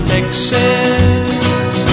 Texas